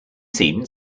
seemed